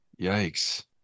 Yikes